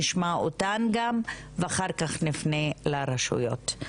נשמע אותן גם ואחר כך נפנה לרשויות.